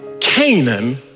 Canaan